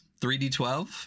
3D12